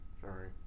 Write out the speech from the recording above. Sorry